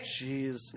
Jeez